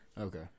Okay